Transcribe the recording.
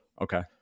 okay